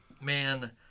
man